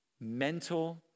Mental